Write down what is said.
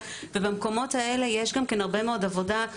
ובמקומות האלה יש הרבה מאוד עבודה כי